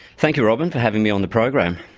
thank you, robyn, for having me on the program.